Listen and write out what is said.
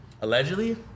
Allegedly